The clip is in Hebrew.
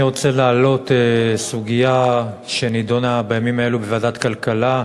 אני רוצה להעלות סוגיה שנדונה בימים אלה בוועדת הכלכלה,